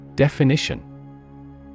Definition